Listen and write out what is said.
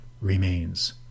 remains